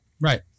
Right